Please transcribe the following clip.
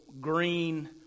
green